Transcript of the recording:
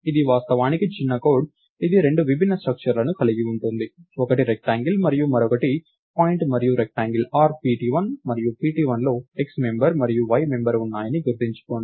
ఇది వాస్తవానికి చిన్న కోడ్ ఇది రెండు విభిన్న స్ట్రక్చర్లను కలిగి ఉంది ఒకటి రెక్టాంగిల్ మరియు మరొకటి పాయింట్ మరియు రెక్టాంగిల్ r pt1 మరియు pt1లో x మెంబర్ మరియు y మెంబర్ ఉన్నాయని గుర్తుంచుకోండి